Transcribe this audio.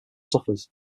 suffers